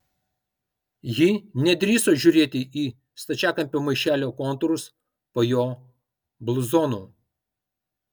ji nedrįso žiūrėti į stačiakampio maišelio kontūrus po jo bluzonu